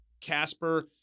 Casper